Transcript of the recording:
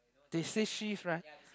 they change shift right